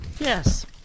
Yes